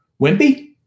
Wimpy